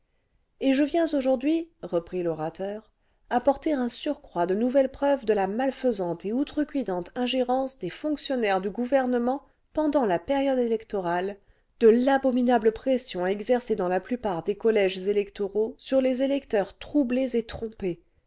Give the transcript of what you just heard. et je viens aujourd'hui reprit l'orateur apporter un surcroît de nouvelles preuves de la malfaisante et outrecuidante ingérence des fonctionnaires du gouvernement pendant la période électorale de l'abominable pression exercée dans la plupart des collèges électoraux sur les électeurs troublés et trompés